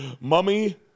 Mummy